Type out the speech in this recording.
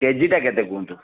କେଜିଟା କେତେ କୁହନ୍ତୁ